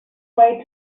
away